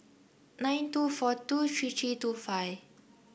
nine two four two three three two five